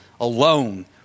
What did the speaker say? alone